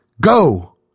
go